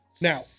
now